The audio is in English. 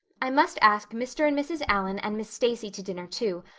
i must ask mr. and mrs. allan and miss stacy to dinner, too,